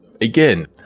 again